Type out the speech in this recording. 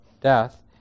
death